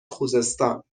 خوزستان